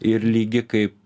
ir lygi kaip